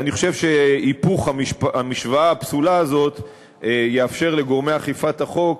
אני חושב שהיפוך המשוואה הפסולה הזאת יאפשר לגורמי אכיפת החוק